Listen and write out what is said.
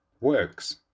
works